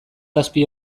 zazpi